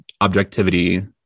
objectivity